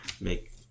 make